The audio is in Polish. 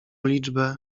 liczbę